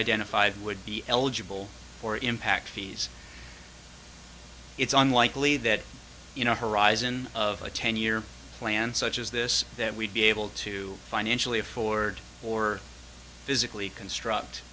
identified would be eligible for impact fees it's unlikely that you know horizon of a ten year plan such as this that we'd be able to financially afford or physically construct